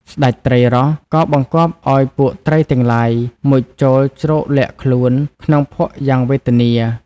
ស្តេចត្រីរ៉ស' ក៏បង្គាប់ឱ្យពួកត្រីទាំងទ្បាយ មុជចូលជ្រកលាក់ខ្លួនក្នុងភក់យ៉ាងវេទនា។